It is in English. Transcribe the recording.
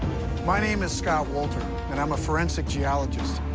my name is scott wolter, and i'm a forensic geologist.